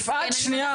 יפעת שניה אחת.